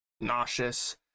nauseous